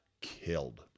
killed